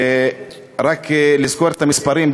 ורק לזכור את המספרים,